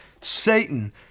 Satan